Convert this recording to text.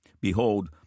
Behold